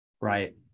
right